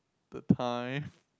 the time